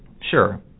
Sure